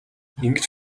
ингэж